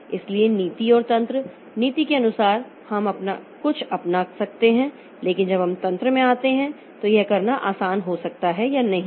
इसलिए नीति और तंत्र नीति के अनुसार हम कुछ अपना सकते हैं लेकिन जब हम तंत्र में आते हैं तो यह करना आसान हो सकता है या नहीं भी